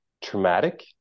traumatic